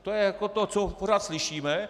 To je jako to, co pořád slyšíme.